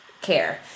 care